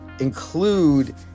include